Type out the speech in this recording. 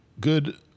good